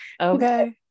Okay